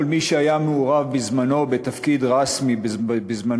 מי שהיה מעורב בזמנו בתפקיד רשמי בזמן